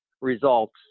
results